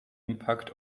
impact